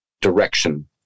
direction